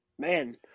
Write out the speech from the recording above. Man